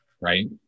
right